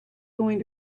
going